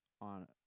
on